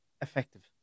effective